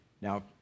Now